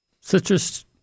Citrus